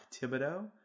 Thibodeau